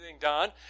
done